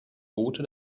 boote